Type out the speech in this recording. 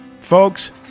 Folks